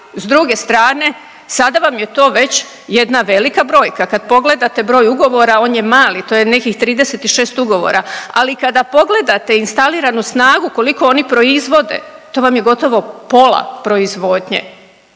s druge strane sada vam je to već jedna velika brojka. Kad pogledate broj ugovora on je mali, to je nekih 36 ugovora, ali kada pogledate instaliranu snagu koliko oni proizvode to vam je gotovo pola proizvodnje,